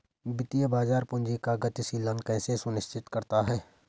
वित्तीय बाजार पूंजी का गतिशीलन कैसे सुनिश्चित करता है?